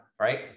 right